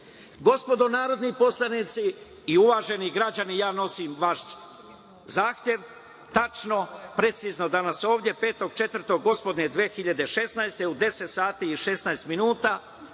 godine. Gospodo narodni poslanici i uvaženi građani, ja nosim vaš zahtev, tačno, precizno danas ovde, 05.04. gospodnje 2016.